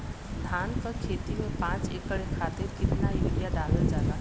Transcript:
धान क खेती में पांच एकड़ खातिर कितना यूरिया डालल जाला?